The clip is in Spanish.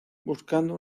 buscando